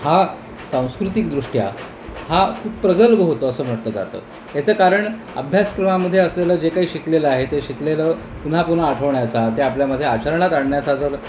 हा सांस्कृतिकदृष्ट्या हा खूप प्रगल्भ होतो असं म्हटलं जातं याचं कारण अभ्यासक्रमामध्ये असलेलं जे काही शिकलेलं आहे ते शिकलेलं पुन्हा पुन्हा आठवण्याचा ते आपल्यामध्ये आचरणात आणण्याचा जर